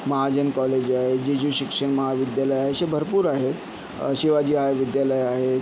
Mahajan college आहे जेजू शिक्षण महाविद्यालय आहे असे भरपूर आहेत शिवाजी हाय विद्यालय आहे